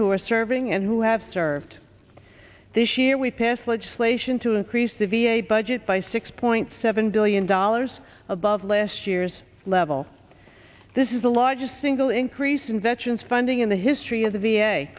who are serving and who have served this year we passed legislation to increase the v a budget by six point seven billion dollars above last year's level this is the largest single increase in veterans funding in the history of the v